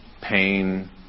pain